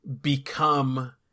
become